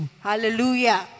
Hallelujah